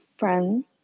Friend